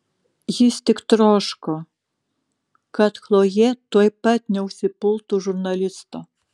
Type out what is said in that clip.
jis tik troško kad chlojė tuoj pat neužsipultų žurnalisto